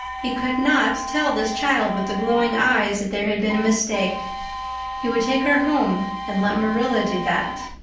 he could not tell this child with the glowing eyes that there had been a mistake he would take her home and let marilla do that.